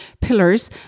pillars